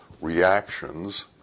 reactions